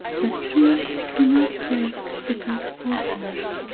but please, do not break the good porcelain.